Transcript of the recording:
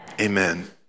amen